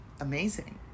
amazing